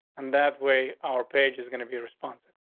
and that way our page is going to be responsible.